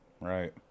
Right